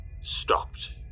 stopped